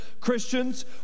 Christians